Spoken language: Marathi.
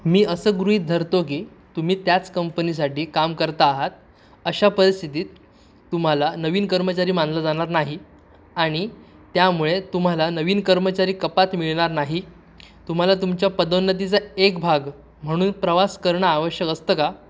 मी असं गृहीत धरतो की तुम्ही त्याच कंपनीसाठी काम करता आहात अशा परिस्थितीत तुम्हाला नवीन कर्मचारी मानलं जाणार नाही आणि त्यामुळे तुम्हाला नवीन कर्मचारी कपात मिळणार नाही तुम्हाला तुमच्या पदोन्नतीचा एक भाग म्हणून प्रवास करणं आवश्यक असतं का